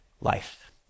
life